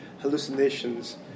hallucinations